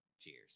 Cheers